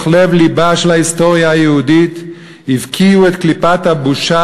לב לבה של ההיסטוריה היהודית הבקיעו את קליפת הבושה